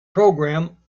program